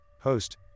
host